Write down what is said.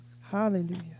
Hallelujah